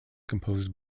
composed